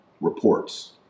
reports